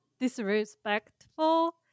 disrespectful